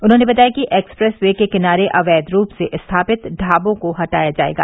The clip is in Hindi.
उन्होंने बताया कि एक्सप्रेस वे के किनारे अवैध रूप से स्थापित ढाबों को हटाया जायेगा